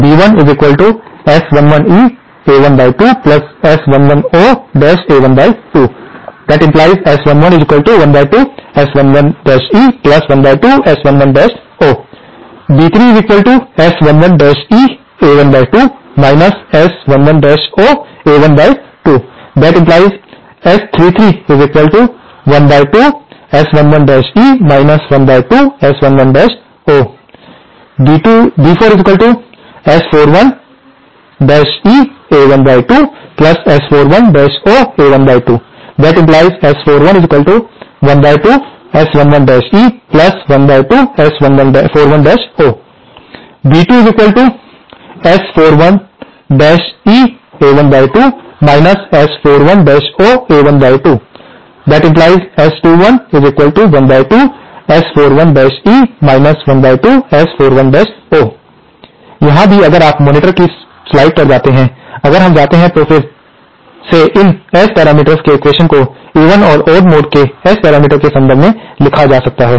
b1S11ea12S11oa12 S1112S11e12S11o b3S11ea12 S11oa12 S3112S11e 12S11o b4S41ea12S41oa12 S4112S41e12S41o b2S41ea12 S41oa12 S2112S41e 12S41o यहां भी अगर आप मॉनिटर पर स्लाइड्स पर जाते हैं अगर हम जाते हैं तो यहां फिर से इन एस पैरामीटर्स के एक्वेशन्स को इवन और ओड मोड के एस पैरामीटर्स के संदर्भ में लिखा जा सकता है